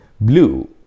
Blue